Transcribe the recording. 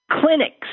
Clinics